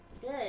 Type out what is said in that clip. Good